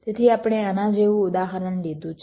તેથી આપણે આના જેવું ઉદાહરણ લીધું છે